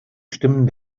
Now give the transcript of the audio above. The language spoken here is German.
stimmen